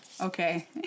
Okay